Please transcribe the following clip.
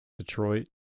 Detroit